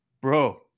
bro